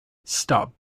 stop